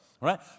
right